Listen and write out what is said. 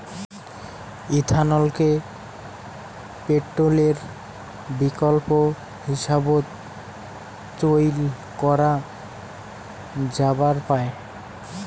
ইথানলকে পেট্রলের বিকল্প হিসাবত চইল করা যাবার পায়